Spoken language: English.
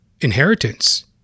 inheritance